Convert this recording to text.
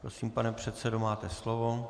Prosím, pane předsedo, máte slovo.